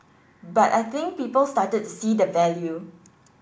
but I think people started to see the value